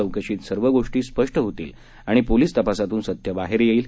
चौकशीत सर्व गोष्टी स्पष्ट होतील आणि पोलीस तपासातून सत्य बाहेर येईल